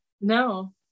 No